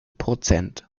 prozent